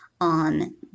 on